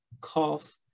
cough